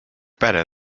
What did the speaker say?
better